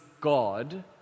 God